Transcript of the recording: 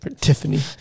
Tiffany